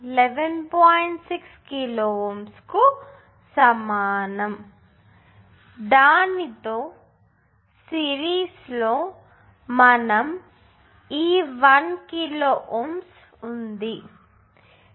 6 kilo Ωs కు సమానం మరియు దానితో సిరీస్లో మనకు ఈ 1 kilo Ω ఉంది